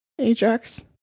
ajax